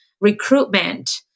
recruitment